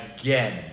again